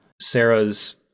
Sarah's